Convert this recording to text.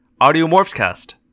audiomorphscast